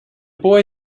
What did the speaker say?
boy